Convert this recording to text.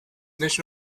nicht